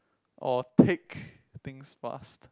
or take things fast